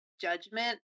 judgment